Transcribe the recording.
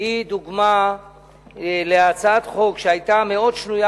היא דוגמה להצעת חוק שהיתה מאוד שנויה